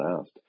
asked